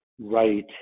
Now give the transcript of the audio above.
right